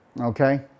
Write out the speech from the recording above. okay